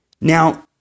Now